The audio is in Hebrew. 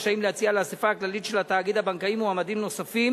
רשאים להציע לאספה הכללית של התאגיד הבנקאי מועמדים נוספים